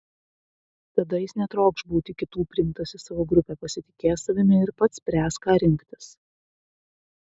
tada jis netrokš būti kitų priimtas į savo grupę pasitikės savimi ir pats spręs ką rinktis